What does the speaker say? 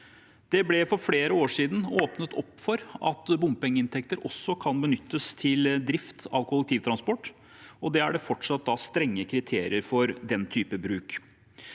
Det ble for flere år siden åpnet for at bompengeinntekter også kan benyttes til drift av kollektivtransport, og det er fortsatt strenge kriterier for den typen bruk.